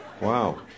wow